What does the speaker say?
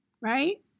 right